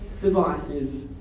divisive